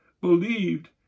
believed